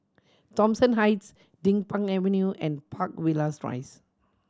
Thomson Heights Din Pang Avenue and Park Villas Rise